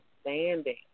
standing